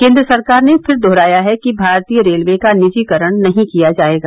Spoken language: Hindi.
केन्द्र सरकार ने फिर दोहराया है कि भारतीय रेलवे का निजीकरण नहीं किया जायेगा